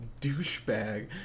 douchebag